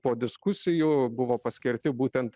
po diskusijų buvo paskirti būtent